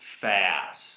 fast